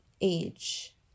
age